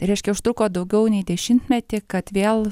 reiškia užtruko daugiau nei dešimtmetį kad vėl